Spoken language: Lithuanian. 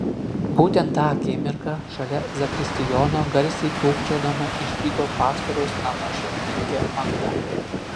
būtent tą akimirką šalia zakristijono garsiai kūkčiodama išdygo pastoriaus namų šeimininkė magda